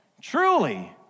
Truly